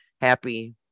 happy